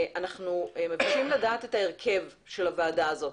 אנחנו מבקשים לדעת את ההרכב של הוועדה הזאת,